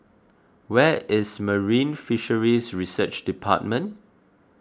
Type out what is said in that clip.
where is Marine Fisheries Research Department